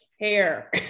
hair